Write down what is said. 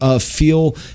Feel